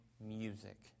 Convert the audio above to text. music